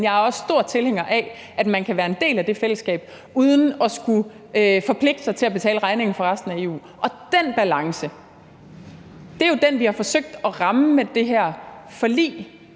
men jeg er også stor tilhænger af, at man kan være en del af det fællesskab uden at skulle forpligte sig til at betale regningen for resten af EU. Den balance er jo den, vi har forsøgt at ramme med det her forlig,